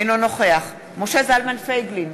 אינו נוכח משה זלמן פייגלין,